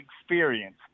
experience